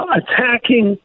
attacking